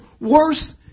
worse